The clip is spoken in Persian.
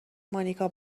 مانیکا